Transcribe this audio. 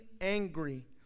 angry